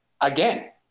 Again